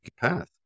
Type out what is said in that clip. path